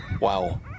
Wow